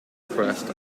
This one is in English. crest